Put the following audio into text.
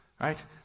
Right